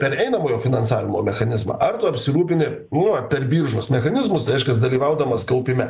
per einamojo finansavimo mechanizmą ar tu apsirūpini nu va per biržos mechanizmus reiškias dalyvaudamas kaupime